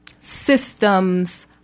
systems